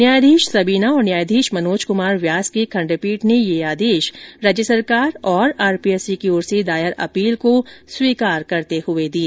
न्यायाधीश सबीना और न्यायाधीश मनोज कुमार व्यास की खंडपीठ ने यह आदेश राज्य सरकार और आरपीएससी की ओर से दायर अपील को स्वीकार करते हुए दिए